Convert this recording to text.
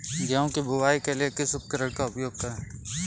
गेहूँ की बुवाई के लिए किस उपकरण का उपयोग करें?